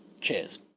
Cheers